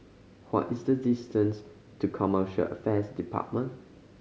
what is the distance to Commercial Affairs Department